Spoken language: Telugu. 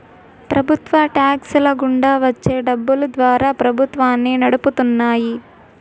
ప్రభుత్వ టాక్స్ ల గుండా వచ్చే డబ్బులు ద్వారా ప్రభుత్వాన్ని నడుపుతున్నాయి